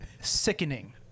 Sickening